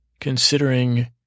considering